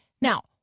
Now